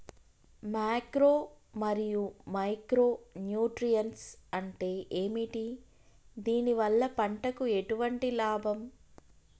Macro మరియు micro nutrients అంటే ఏమిటి? దీనివల్ల పంటకు ఎటువంటి లాభం?